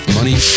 Money